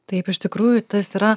taip iš tikrųjų tas yra